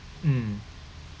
mm